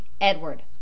Edward